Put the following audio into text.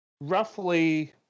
roughly